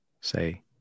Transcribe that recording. say